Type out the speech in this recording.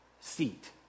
seat